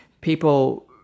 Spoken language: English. people